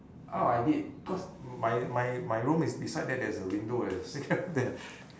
ah I did because my my my room is beside there there's a window there's a there